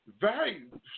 Value